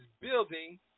building